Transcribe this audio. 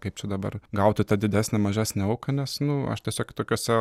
kaip čia dabar gauti tą didesnę mažesnę auką nes nu aš tiesiog tokiose